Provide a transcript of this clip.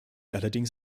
allerdings